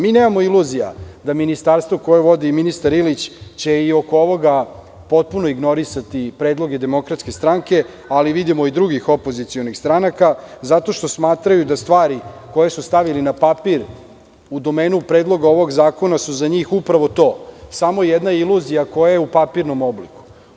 Mi nemamo iluzija da će Ministarstvo koje vodi ministar Ilić i oko ovoga potpuno ignorisati predloge DS, ali vidimo i drugih opozicionih stranaka, zato što smatraju da su stvari koje su stavili na papir u domenu predloga ovog zakona za njih upravo to – samo jedna iluzija koja je u papirnom obliku.